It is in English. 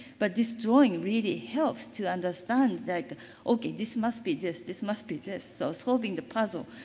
but this drawing really helps to understand that okay, this must be this, this must be this. so, solving the puzzle,